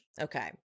Okay